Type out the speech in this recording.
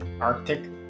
Arctic